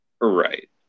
Right